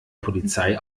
polizei